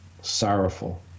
sorrowful